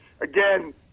again